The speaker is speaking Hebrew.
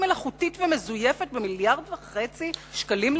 מלאכותית ומזויפת במיליארד וחצי שקלים לשנה?